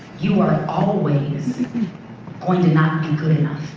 you are always going to not be good enough.